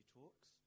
talks